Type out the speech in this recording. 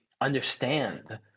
understand